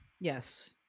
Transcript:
Yes